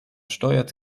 steuert